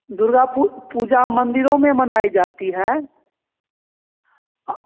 दुर्गा पुर पूजा मंदिरों में मनाई जाती है